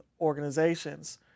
organizations